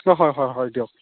অ হয় হয় হয় দিয়ক